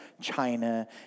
China